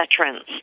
veterans